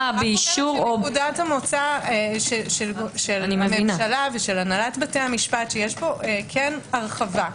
נקודת המוצא של הממשלה ושל הנהלת בתי המשפט שיש פה כן הרחבה.